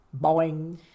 Boing